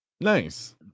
Nice